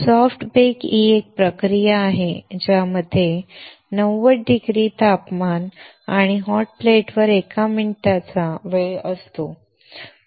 soft bake ही एक प्रक्रिया आहे ज्यामध्ये नव्वद अंश तापमान आणि हॉट प्लेटवर एक मिनिटाचा वेळ असतो